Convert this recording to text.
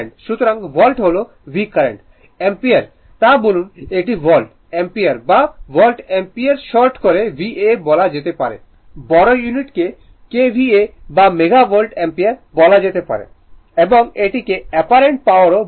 সুতরাং ভোল্ট হল Vকারেন্ট I অ্যাম্পিয়ার তাই বলুন এটি ভোল্ট অ্যাম্পিয়ার বা ভোল্ট অ্যাম্পিয়ার শর্ট করে VA বলা যেতে পারে বোরো ইউনিট কে KVA বা mega ভোল্ট অ্যাম্পিয়ার বলা যেতে পারে সময় দেখুন 1654 এবং এটিকে অ্যাপারেন্ট পাওয়ারও বলা হয়